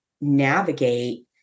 navigate